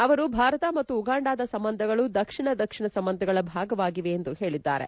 ಅವರು ಭಾರತ ಮತ್ತು ಉಗಾಂಡದ ಸಂಬಂಧಗಳು ದಕ್ಷಿಣ ದಕ್ಷಿಣ ಸಂಬಂಧಗಳ ಭಾಗವಾಗಿದೆ ಎಂದು ಹೇಳಿದ್ದಾರೆ